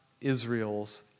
Israel's